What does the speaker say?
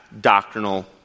doctrinal